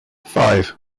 five